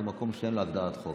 זה מקום שאין לו הגדרת חוק.